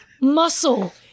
muscle